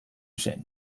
zen